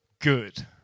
good